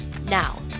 Now